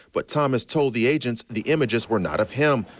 but thomas told the agents, the images were not of him.